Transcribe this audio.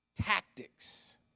tactics